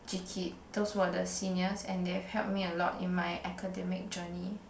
Jee-Kit those were the seniors and they have helped me a lot in my academic journey